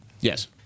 Yes